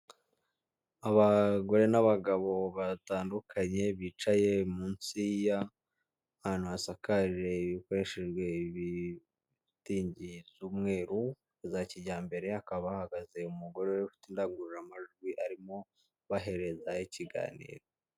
Abagore n'abagabo batandukanye bicaye munsi y'ahantu hasakaje bikoreshejwe ibishitingi z'umweru za kijyambere, hakaba hahagaze umugore ufite indangururamajwi arimo kubaherezaho ikiganiro.